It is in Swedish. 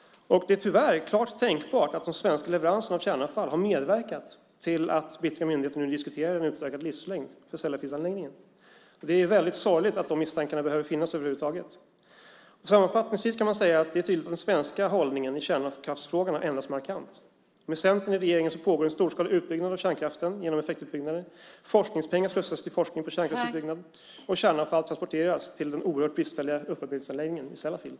Det är tyvärr klart tänkbart att de svenska leveranserna av kärnavfall har medverkat till att brittiska myndigheter nu diskuterar en utökad livslängd för Sellafieldanläggningen. Det är väldigt sorgligt att de misstankarna behöver finnas över huvud taget. Sammanfattningsvis kan man säga att det är tydligt att den svenska hållningen i kärnkraftsfrågan markant har ändrats. Med Centern i regeringen pågår det en storskalig utbyggnad av kärnkraften genom effektutbyggnaden. Forskningspengar slussas till forskning om kärnkraftsutbyggnad, och kärnavfall transporteras till den oerhört bristfälliga upparbetsanläggningen i Sellafield.